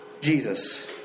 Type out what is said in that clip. Jesus